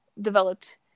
developed